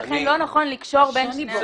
לכן לא נכון לקשור בין שניהם.